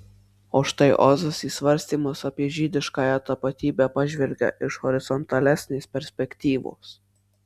o štai ozas į svarstymus apie žydiškąją tapatybę pažvelgia iš horizontalesnės perspektyvos